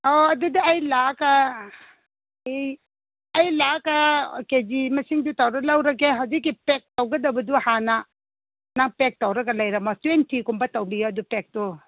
ꯑꯣ ꯑꯗꯨꯗꯤ ꯑꯩ ꯂꯥꯛꯑꯒ ꯑꯩ ꯑꯩ ꯂꯥꯛꯑꯒ ꯀꯦꯖꯤ ꯃꯁꯤꯡꯗꯨ ꯇꯧꯔ ꯂꯧꯔꯒꯦ ꯍꯧꯖꯤꯛꯀꯤ ꯄꯦꯛ ꯄꯧꯔꯗꯕꯗꯨ ꯍꯥꯟꯅ ꯅꯪ ꯄꯦꯛ ꯇꯧꯔꯒ ꯂꯩꯔꯝꯃꯣ ꯇ꯭ꯋꯦꯟꯇꯤ ꯒꯨꯝꯕ ꯇꯧꯐꯤꯌꯣ ꯑꯗꯨ ꯄꯦꯛꯇꯨ